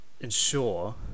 ensure